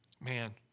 Man